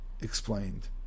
explained